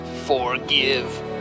forgive